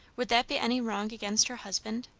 would that be any wrong against her husband?